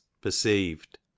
perceived